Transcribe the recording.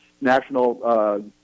national